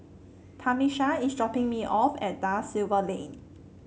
Tamisha is dropping me off at Da Silva Lane